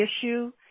issue